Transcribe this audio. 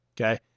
Okay